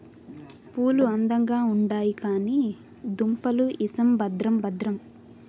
పూలు అందంగా ఉండాయి కానీ దుంపలు ఇసం భద్రం భద్రం